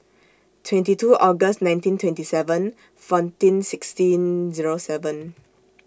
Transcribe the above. twenty two August nineteen twenty seven fourteen sixteen Zero seven